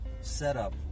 Setup